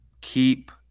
keep